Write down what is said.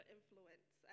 Influence